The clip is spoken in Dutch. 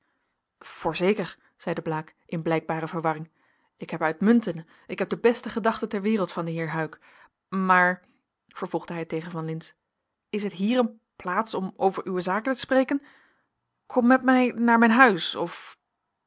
voorzeker zeide blaek in blijkbare verwarring ik heb uitmuntende ik heb de beste gedachten ter wereld van den heer huyck maar vervolgde hij tegen van lintz is het hier een plaats om over uwe zaken te spreken kom met mij naar mijn huis of